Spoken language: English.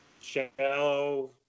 shallow